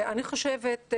אני חושבת,